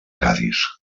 cadis